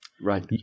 Right